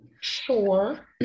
Sure